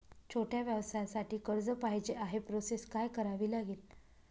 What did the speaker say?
छोट्या व्यवसायासाठी कर्ज पाहिजे आहे प्रोसेस काय करावी लागेल?